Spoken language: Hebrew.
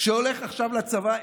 שהולך עכשיו לצבא,